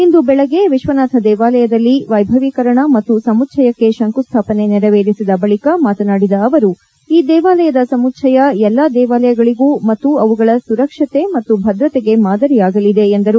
ಇಂದು ಬೆಳಗ್ಗೆ ವಿಶ್ವನಾಥ ದೇವಾಲಯದಲ್ಲಿ ವೈಭವೀಕರಣ ಮತ್ತು ಸಮುಚ್ಧಯಕ್ಕೆ ಶಂಕುಸ್ಥಾಪನೆ ನೆರವೇರಿಸಿದ ಬಳಕ ಮಾತನಾಡಿದ ಅವರು ಈ ದೇವಾಲಯದ ಸಮುಚ್ದಯ ಎಲ್ಲ ದೇವಾಲಯಗಳಗೂ ಮತ್ತು ಅವುಗಳ ಸುರಕ್ಷತೆ ಮತ್ತು ಭದ್ರತೆಗೆ ಮಾದರಿಯಾಗಲಿದೆ ಎಂದರು